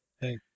Hey